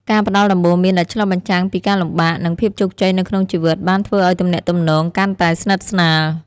ការផ្តល់ដំបូន្មានដែលឆ្លុះបញ្ចាំងពីការលំបាក និងភាពជោគជ័យនៅក្នុងជីវិតបានធ្វើឲ្យទំនាក់ទំនងកាន់តែស្និទ្ធស្នាល។